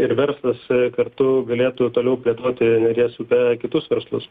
ir verslas kartu galėtų toliau plėtoti neries upe kitus verslus